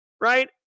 right